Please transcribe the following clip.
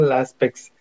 aspects